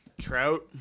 Trout